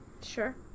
Sure